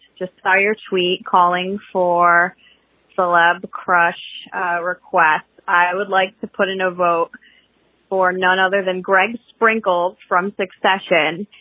just fire sweet calling for celeb crush requests. i would like to put in a vote for none other than greg sprinkel from succession.